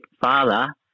father